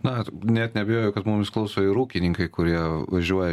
na net neabejoju kad mumis klauso ir ūkininkai kurie važiuoja